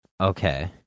Okay